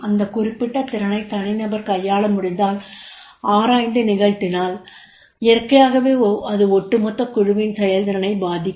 அந்த குறிப்பிட்ட திறனை தனிநபர் கையாள முடிந்தால் ஆராய்ந்து நிகழ்த்தினால் இயற்கையாகவே அது ஒட்டுமொத்த குழுவின் செயல்திறனை பாதிக்கும்